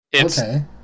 Okay